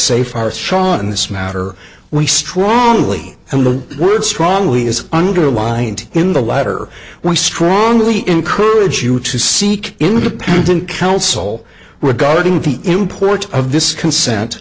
far straw in this matter we strongly and the word strongly is underlined in the latter we strongly encourage you to seek independent counsel regarding the import of this consent